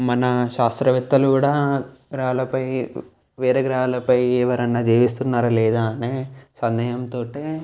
మన శాస్త్రవేత్తలు కూడా గ్రహాలపై వేరే గ్రహాలపై ఎవరన్నా జీవిస్తున్నారా లేదా అనే సందేహం తోటే